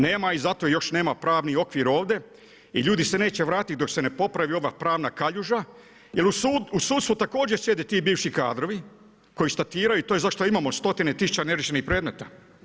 Nema ih zato, još nema pravni okvir ovdje i ljudi se neće vratiti dok se ne popravi ova pravna kaljuža jer u sudstvu također sjede ti bivši kadrovi koji statiraju, to je zašto ima stotine tisuća neriješenih predmeta.